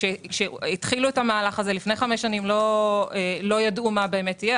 כאשר התחילו את המהלך הזה לפני חמש שנים לא ידעו מה באמת יהיה.